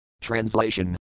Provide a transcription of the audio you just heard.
Translation